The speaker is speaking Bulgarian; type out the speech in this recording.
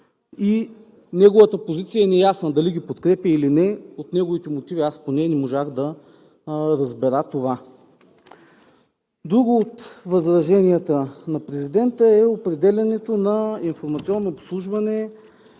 Неговата позиция е неясна дали ги подкрепя или не, от неговите мотиви поне аз не можах да разбера това. Друго от възраженията на президента е определянето на Информационно обслужване